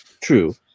true